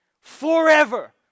forever